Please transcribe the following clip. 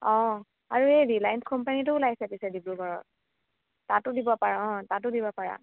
অ' আৰু এই ৰিলায়েঞ্চ কোম্পানীতো ওলাইছে পিছে ডিব্ৰুগড়ৰ তাতো দিব পাৰা অ' তাতো দিব পাৰা